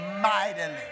mightily